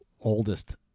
oldest